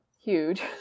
Huge